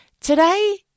Today